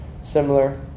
similar